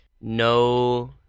no